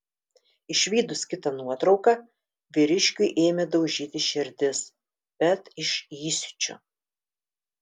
išvydus kitą nuotrauką vyriškiui ėmė daužytis širdis bet iš įsiūčio